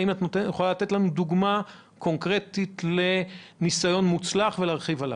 האם את יכולה לתת לנו דוגמה קונקרטית ולהרחיב עליה?